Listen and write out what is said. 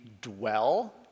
dwell